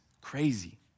crazy